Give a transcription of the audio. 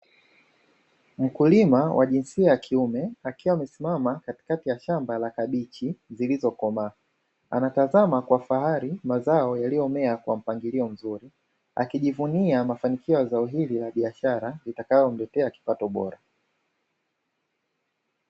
Mkulima wa jinsia ya kiume akiwa amesimama katikati ya shamba la kabichi zilizokomaa, anatazama kwa fahari mazao yalivyomea kwa mpangilio mzuri, akijivunia mafanikio ya zao hili la biashara litakalomletea kipato bora.